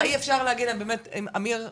אי אפשר להגיד באמת על אמיר מדינה,